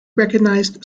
recognized